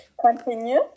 Continue